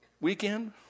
weekend